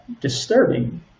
disturbing